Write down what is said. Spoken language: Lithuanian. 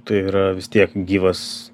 tai yra vis tiek gyvas